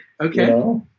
okay